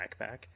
backpack